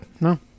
No